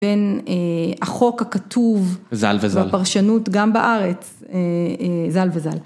בין החוק הכתוב בפרשנות גם בארץ, זל וזל.